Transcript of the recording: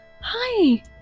Hi